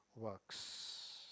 works